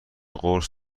قرص